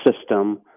system